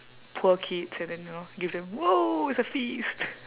poor kids and then you know give them !woah! it's a feast